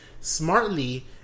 smartly